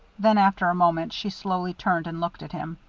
then, after a moment, she slowly turned, and looked at him.